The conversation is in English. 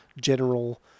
general